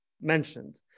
Mentioned